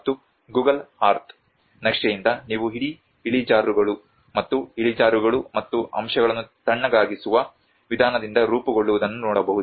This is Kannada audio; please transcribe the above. ಮತ್ತು ಗೂಗಲ್ ಅರ್ಥ್ ನಕ್ಷೆಯಿಂದ ನೀವು ಇಡೀ ಇಳಿಜಾರುಗಳು ಮತ್ತು ಇಳಿಜಾರುಗಳು ಮತ್ತು ಅಂಶಗಳನ್ನು ತಣ್ಣಗಾಗಿಸುವ ವಿಧಾನದಿಂದ ರೂಪುಗೊಳ್ಳುವುದನ್ನು ನೋಡಬಹುದು